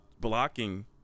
blocking